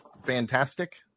fantastic